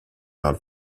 not